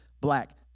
black